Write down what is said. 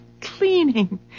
cleaning